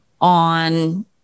on